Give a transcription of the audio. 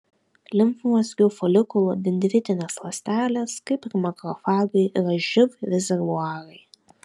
limfmazgių folikulų dendritinės ląstelės kaip ir makrofagai yra živ rezervuarai